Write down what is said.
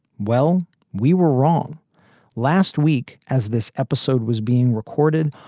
well, we were wrong last week as this episode was being recorded.